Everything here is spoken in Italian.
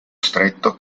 stretto